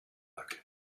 luck